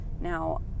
Now